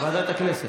ועדת הכנסת.